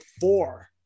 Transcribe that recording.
four